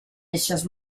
eixes